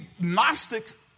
Gnostics